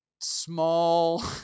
small